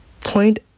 Point